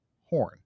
Horn